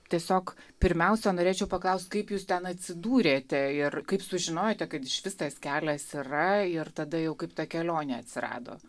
tiesiog pirmiausia norėčiau paklaust kaip jūs ten atsidūrėte ir kaip sužinojote kad išvis tas kelias yra ir tada jau kaip ta kelionė atsirado